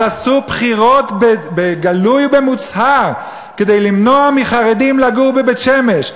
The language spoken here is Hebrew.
אז עשו בחירות בגלוי ובמוצהר כדי למנוע מחרדים לגור בבית-שמש.